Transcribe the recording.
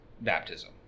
baptism